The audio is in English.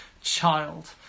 child